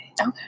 Okay